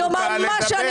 מותר לה לדבר.